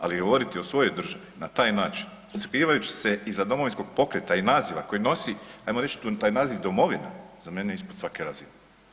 Ali govoriti o svojoj državi na taj način skrivajući iza Domovinskog pokreta i naziva koji nosi ajmo reći taj naziv domovina, za mene je ispod svake razine.